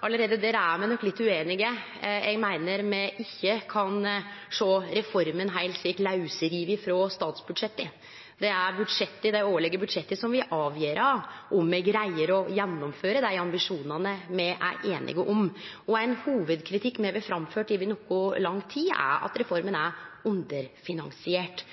Allereie der er me nok litt ueinige. Eg meiner me ikkje kan sjå på reforma heilt lausriven frå statsbudsjetta. Det er det årlege budsjettet som vil avgjere om me greier å gjennomføre dei ambisjonane me er einige om. Ein hovudkritikk me har framført over nokså lang tid, er at reforma er underfinansiert.